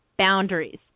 boundaries